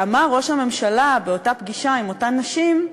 אמר ראש הממשלה באותה פגישה עם אותן נשים,